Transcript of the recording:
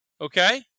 Okay